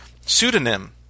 pseudonym